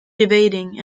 debating